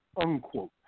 unquote